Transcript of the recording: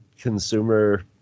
consumer